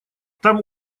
там